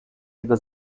jego